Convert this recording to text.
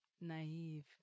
naive